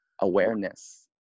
awareness